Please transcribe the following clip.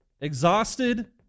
exhausted